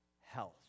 health